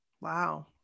Wow